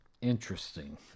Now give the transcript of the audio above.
Interesting